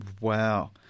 Wow